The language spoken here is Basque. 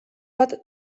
bat